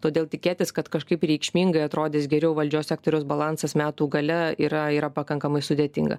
todėl tikėtis kad kažkaip reikšmingai atrodys geriau valdžios sektoriaus balansas metų gale yra yra pakankamai sudėtinga